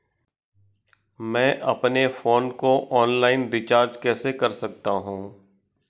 मैं अपने फोन को ऑनलाइन रीचार्ज कैसे कर सकता हूं?